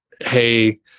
hey